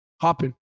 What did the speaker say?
hopping